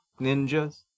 Ninjas